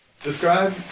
Describe